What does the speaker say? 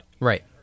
Right